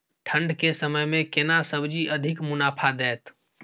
ठंढ के समय मे केना सब्जी अधिक मुनाफा दैत?